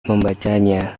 membacanya